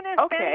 Okay